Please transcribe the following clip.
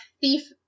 thief